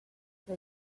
for